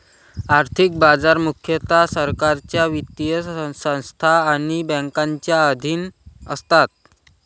आर्थिक बाजार मुख्यतः सरकारच्या वित्तीय संस्था आणि बँकांच्या अधीन असतात